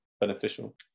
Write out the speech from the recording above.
beneficial